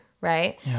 right